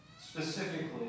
Specifically